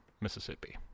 Mississippi